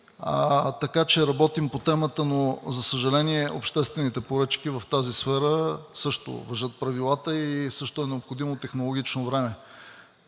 така че работим по темата. Но за съжаление, за обществените поръчки в тази сфера също важат правилата и също е необходимо технологично време.